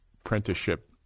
apprenticeship